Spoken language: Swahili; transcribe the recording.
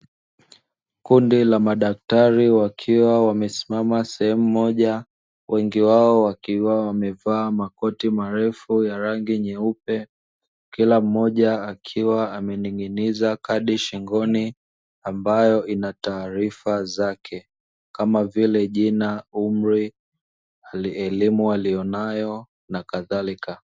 Kundi la madaktari wakiwa wamesimama sehemu moja, wengi wao wakiwa wamevaa makoti marefu ya rangi nyeupe, kila mmoja akiwa amening'iniza kadi shingoni, ambayo ina taarifa zake, kama vile: jina, umri, elimu aliyonayo, na kadhalika.